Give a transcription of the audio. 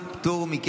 הזה?